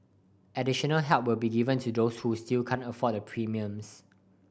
additional help will be given to those who still can't afford the premiums